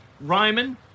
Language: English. Ryman